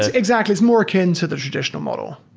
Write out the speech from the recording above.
exactly, it's more akin to the traditional model,